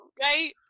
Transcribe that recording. right